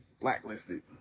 blacklisted